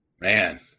Man